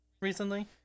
recently